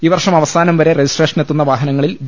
ഈ വർഷം അവസാനം വരെ രജിസ്ട്രേഷനെത്തുന്ന വാഹനങ്ങളിൽ വി